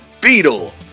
Beetle